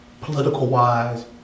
political-wise